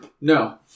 No